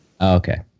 Okay